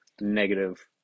negative